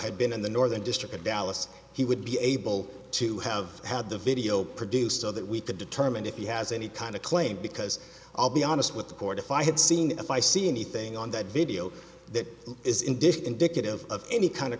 had been in the northern district of dallas he would be able to have had the video produced so that we could determine if he has any kind of claim because i'll be honest with the court if i had seen it if i see anything on that video that is indifferent indicative of any kind of